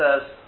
says